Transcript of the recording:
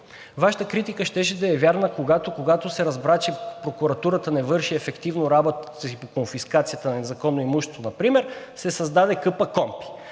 Вашата критика щеше да е вярна, когато се разбра, че прокуратурата не върши ефективно работата си по конфискацията на незаконно имущество например – се създаде КПКОНПИ,